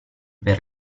per